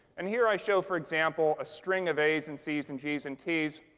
and here i show, for example, a string of a's, and c's, and g's, and t's.